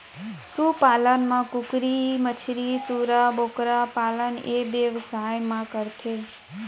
सु पालन म कुकरी, मछरी, सूरा, बोकरा पालन ए बेवसाय म करथे